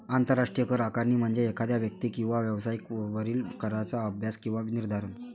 आंतरराष्ट्रीय कर आकारणी म्हणजे एखाद्या व्यक्ती किंवा व्यवसायावरील कराचा अभ्यास किंवा निर्धारण